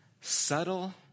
subtle